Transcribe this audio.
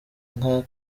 nka